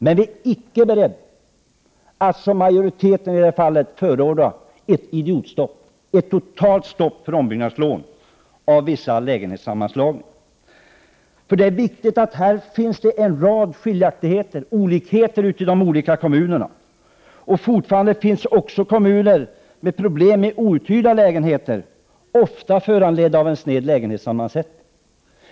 Men vi är inte beredda att som majoriteten förorda ett idiotstopp, ett totalstopp, för ombyggnadslån som omfattar vissa lägenhetssammanslagningar. Det finns en rad olikheter ute i de olika kommunerna. Det finns fortfarande kommuner som har problem med outhyrda lägenheter, problem som ofta är föranledda av en sned lägenhetssammansättning.